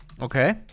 Okay